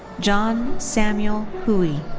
john samuel hooie.